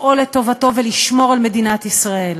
לפעול לטובתו ולשמור על מדינת ישראל.